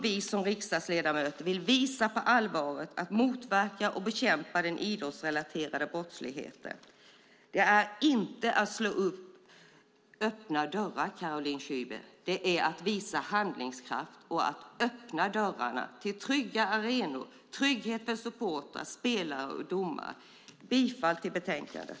Vill vi riksdagsledamöter visa på allvaret att motverka och bekämpa den idrottsrelaterade brottsligheten? Det är inte att slå in öppna dörrar, Caroline Szyber, det är att visa handlingskraft och att öppna dörrarna till trygga arenor, trygghet för supportrar, spelare och domare. Jag yrkar bifall till förslaget i betänkandet.